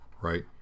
right